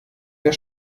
der